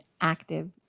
active